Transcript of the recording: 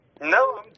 No